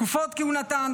תקופות כהונתה,